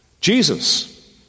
Jesus